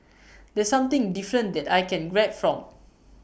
that's something different that I can grab from